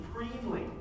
supremely